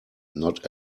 not